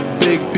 big